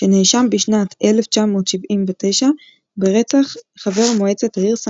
שנאשם בשנת 1979 ברצח חבר מועצת העיר סן